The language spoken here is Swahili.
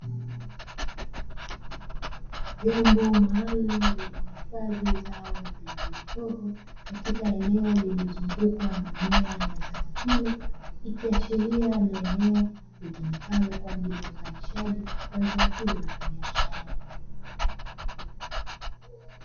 Vyombo maalumu vilivyohifadhi zao la pilipili hoho, katika eneo lilulozungukwa na mimea ya zao hilo, ikiashiria ni eneo litumikalo kwaajili ya uzalishaji wa zao hilo la kibiashara.